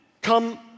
come